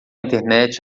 internet